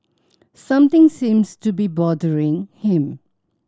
something seems to be bothering him